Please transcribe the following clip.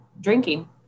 drinking